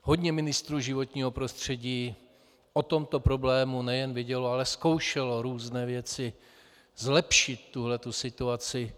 Hodně ministrů životního prostředí o tomto problému nejen vědělo, ale zkoušelo různé věci zlepšit tuto situaci.